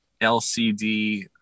LCD